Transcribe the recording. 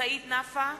סעיד נפאע,